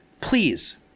please